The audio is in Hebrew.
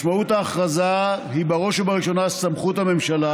משמעות ההכרזה היא בראש ובראשונה סמכות הממשלה